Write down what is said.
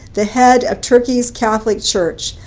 the head of turkey's catholic church,